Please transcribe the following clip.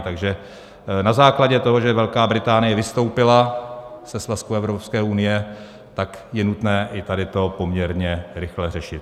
Takže na základě toho, že Velká Británie vystoupila ze svazku EU, tak je nutné i tady to poměrně rychle řešit.